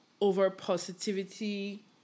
over-positivity